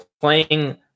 playing